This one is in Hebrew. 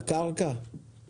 הקרקע הוא נכס של המדינה.